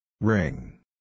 Ring